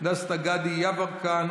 דסטה גדי יברקן,